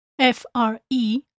F-R-E